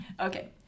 Okay